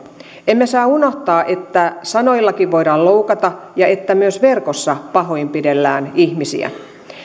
emme saa unohtaa että sanoillakin voidaan loukata ja että myös verkossa pahoinpidellään ihmisiä